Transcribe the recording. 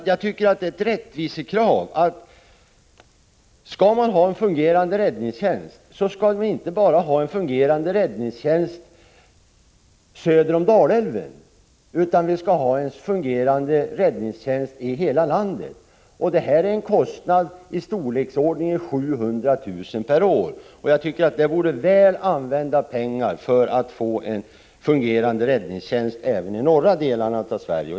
Jag tycker att det är ett rättvisekrav att man inte bara skall ha en fungerande räddningstjänst söder om Dalälven, utan man skall ha en fungerande räddningstjänst i hela landet. Detta handlar om en kostnad i storleksordningen 700 000 kr. per år. Jag tycker att det skulle vara väl använda pengar för en fungerande räddningstjänst i de norra delarna av Sverige.